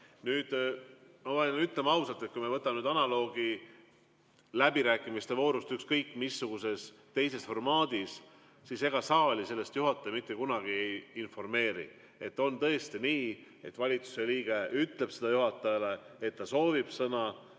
Ma pean ütlema ausalt, et kui me võtame analoogi läbirääkimiste voorust ükskõik missuguses teises formaadis, siis ega sellest juhataja saali mitte kunagi ei informeeri. On tõesti nii, et valitsuse liige ütleb juhatajale, et ta soovib sõna,